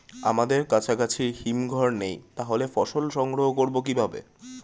আমাদের কাছাকাছি হিমঘর নেই তাহলে ফসল সংগ্রহ করবো কিভাবে?